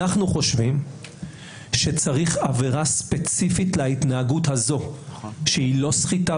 אנחנו חושבים שצריך עבירה ספציפית להתנהגות הזו שהיא לא סחיטה